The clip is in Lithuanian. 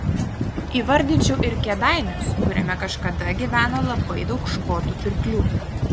įvardinčiau ir kėdainius kuriame kažkada gyveno labai daug škotų pirklių